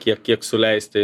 kiek kiek suleisti